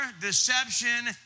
deception